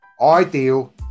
ideal